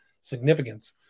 significance